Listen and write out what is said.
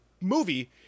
movie